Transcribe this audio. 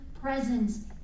presence